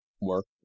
work